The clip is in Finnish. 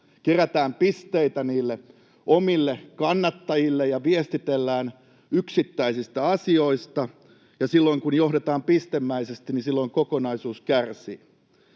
kerätään pisteitä niille omille kannattajille ja viestitellään yksittäisistä asioista — ja silloin, kun johdetaan pistemäisesti, niin silloin kokonaisuus kärsii.